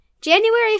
January